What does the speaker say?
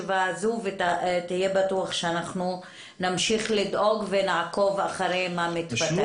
ותהיה בטוח שנמשיך לדאוג ונעקוב אחרי מה שמתפתח.